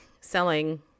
selling